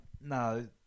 No